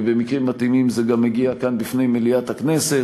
ובמקרים מתאימים זה גם מגיע כאן בפני מליאת הכנסת.